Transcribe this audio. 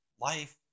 Life